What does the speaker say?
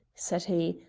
said he,